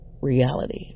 reality